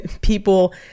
People